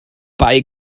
bei